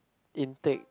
intake